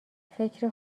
فکر